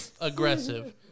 Aggressive